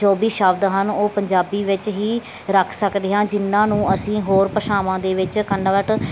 ਜੋ ਵੀ ਸ਼ਬਦ ਹਨ ਉਹ ਪੰਜਾਬੀ ਵਿੱਚ ਹੀ ਰੱਖ ਸਕਦੇ ਹਾਂ ਜਿਹਨਾਂ ਨੂੰ ਅਸੀਂ ਹੋਰ ਭਾਸ਼ਾਵਾਂ ਦੇ ਵਿੱਚ ਕਨਵਰਟ